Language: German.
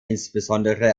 insbesondere